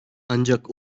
ancak